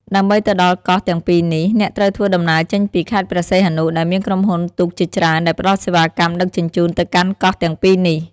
ដើម្បីទៅដល់កោះទាំងពីរនេះ អ្នកត្រូវធ្វើដំណើរចេញពី ខេត្តព្រះសីហនុ ដែលមានក្រុមហ៊ុនទូកជាច្រើនដែលផ្តល់សេវាកម្មដឹកជញ្ជូនទៅកាន់កោះទាំងពីរនេះ។